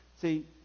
See